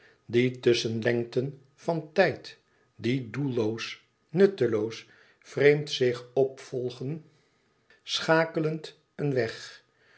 die tusschenlengten van tijd die doelloos nutteloos vreemd zich opvolgen schakelend een weg